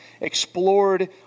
explored